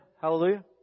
Hallelujah